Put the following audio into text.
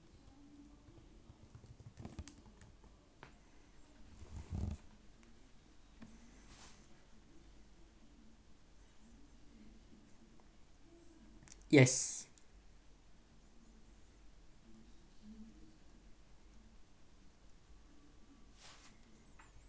yes